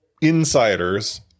insiders